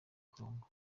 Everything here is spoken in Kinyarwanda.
congo